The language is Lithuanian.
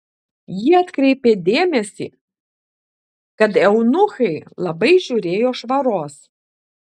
ji atkreipė dėmesį kad eunuchai labai žiūrėjo švaros